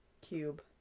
cube